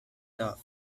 dove